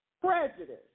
Prejudice